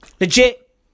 Legit